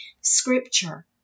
scripture